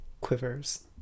quivers